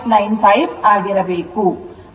95 ಆಗಿರಬೇಕು